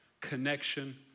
connection